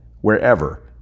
wherever